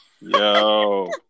Yo